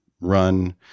run